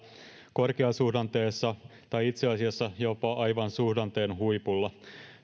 korkeasuhdanteessa tai itse asiassa jopa aivan suhdanteen huipulla